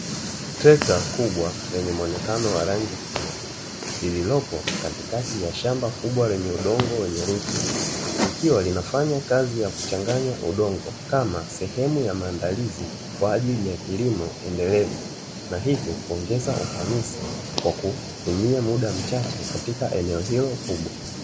Trekta kubwa yenye muonekano wa rangi ya kijani. Lililopo katikati ya shamba kubwa lenye udongo wenye rutuba. Ikiwa linafanya kazi ya kuchanganya udongo kama sehemu ya maandalizi kwa ajili ya kilimo endelevu, na hivyo kuongeza ufanisi kwa kutumia muda mchache katika eneo hilo kubwa.